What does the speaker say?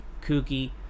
kooky